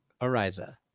Ariza